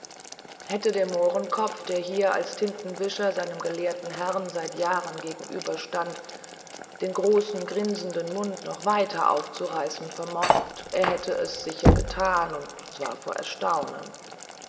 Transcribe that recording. hätte der mohrenkopf der als tintenwischer seinem gelehrten herrn seit jahren gegenüberstand den großen grinsenden mund noch weiter aufzureißen vermocht er hätte es sicher gethan und zwar vor erstaunen